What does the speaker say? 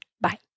bye